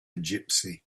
gypsy